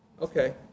Okay